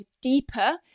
deeper